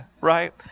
right